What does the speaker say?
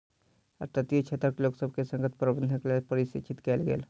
तटीय क्षेत्रक लोकसभ के संकट प्रबंधनक लेल प्रशिक्षित कयल गेल